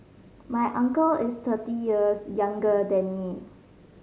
my uncle is thirty years younger than me